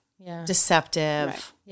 deceptive